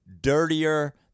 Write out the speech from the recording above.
dirtier